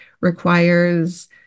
requires